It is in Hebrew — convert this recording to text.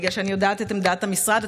בגלל שאני יודעת את עמדת המשרד.